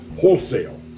wholesale